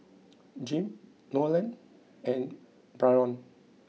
Jim Nolen and Byron